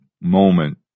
moment